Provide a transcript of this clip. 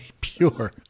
pure